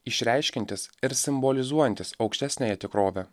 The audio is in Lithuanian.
išreiškiantys ir simbolizuojantys aukštesniąją tikrovę